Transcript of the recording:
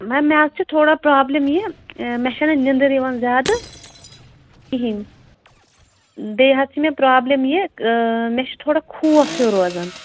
میم مےٚ حظ چھِ تھوڑا پرٛابلِم یہِ مےٚ چھَنہٕ ننٛدٕر یِوان زیادٕ کِہینۍ بیٚیہِ حظ چھِ مےٚ پرٛابلِم یہِ مےٚ چھِ تھوڑا خوف ہیوٗ روزان